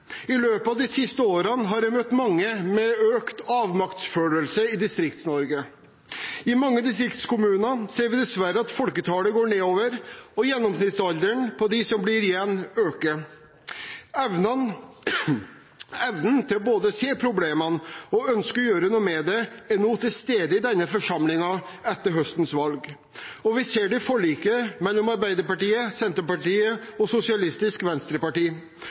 I løpet av de siste årene har jeg møtt mange med økt avmaktsfølelse i Distrikts-Norge. I mange distriktskommuner ser vi dessverre at folketallet går nedover, og gjennomsnittsalderen på dem som blir igjen, øker. Evnen til både å se problemene og ønske å gjøre noe med dem er nå etter høstens valg til stede i denne forsamlingen, og vi ser det i forliket mellom Arbeiderpartiet, Senterpartiet og Sosialistisk Venstreparti.